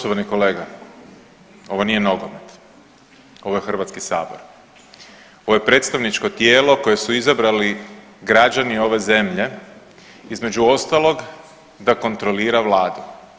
Poštovani kolega, ovo nije nogomet ovo je Hrvatski sabor, ovo je predstavničko tijelo koje su izabrali građani ove zemlje između ostalog da kontrolira Vladu.